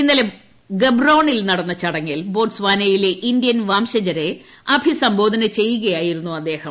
ഇന്നലെ ഗബ്റോണിൽ നടന്ന് ചെട്ങ്ങിൽ ബോട്സ്വാനയിലെ ഇന്ത്യൻ വംശജരെ അഭിസംബോധന ചെയ്യുകയായിരുന്നു അദ്ദേഹം